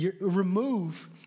remove